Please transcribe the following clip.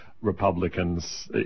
Republicans